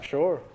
Sure